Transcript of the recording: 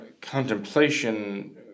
contemplation